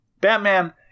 Batman